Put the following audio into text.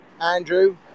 Andrew